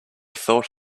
thought